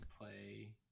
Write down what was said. play